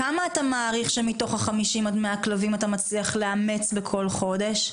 כמה אתה מעריך שמתוך אותם 50 עד 100 כלבים אתה מצליח לאמץ בכל חודש?